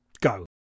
go